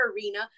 arena